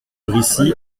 brissy